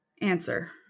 Answer